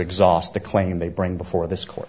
exhaust the claim they bring before this c